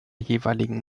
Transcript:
jeweiligen